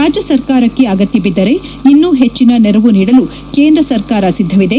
ರಾಜ್ಯ ಸರ್ಕಾರಕ್ಕೆ ಅಗತ್ವಬಿದ್ದರೆ ಇನ್ನೂ ಹೆಚ್ಚಿನ ನೆರವು ನೀಡಲು ಕೇಂದ್ರ ಸರ್ಕಾರ ಸಿದ್ದವಿದೆ